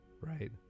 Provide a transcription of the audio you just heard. Right